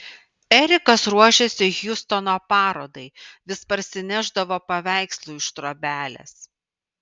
erikas ruošėsi hjustono parodai vis parsinešdavo paveikslų iš trobelės